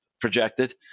projected